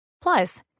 Plus